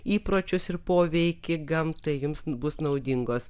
įpročius ir poveikį gamtai jums bus naudingos